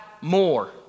more